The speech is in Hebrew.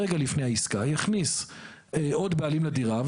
רגע לפני העסקה הוא יכניס עוד בעלים לדירה,